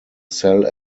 sell